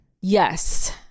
yes